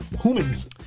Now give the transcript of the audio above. Humans